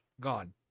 Gone